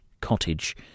Cottage